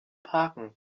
parken